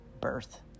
birth